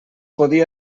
podia